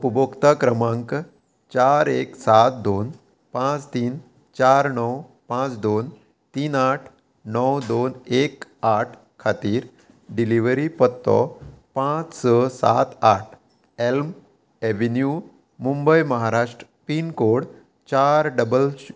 उपभोक्ता क्रमांक चार एक सात दोन पांच तीन चार णव पांच दोन तीन आठ णव दोन एक आठ खातीर डिलिव्हरी पत्तो पांच स सात आठ elm avenue Mumbai Maharashtra pin code चार डबल